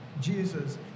Jesus